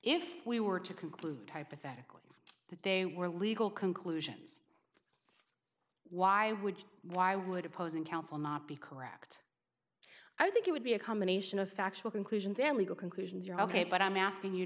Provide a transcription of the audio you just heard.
if we were to conclude hypothetically that they were legal conclusions why would why would opposing counsel not be correct i think it would be a combination of factual conclusions and legal conclusions are ok but i'm asking you